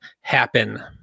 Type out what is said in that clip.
happen